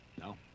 no